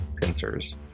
pincers